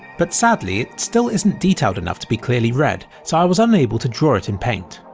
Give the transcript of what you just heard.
but sadly, it still isn't detailed enough to be clearly read, so i was unable to draw it in paint.